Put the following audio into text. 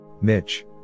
Mitch